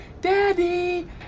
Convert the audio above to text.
daddy